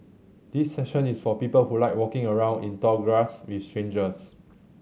this session is for people who like walking around in tall grass with strangers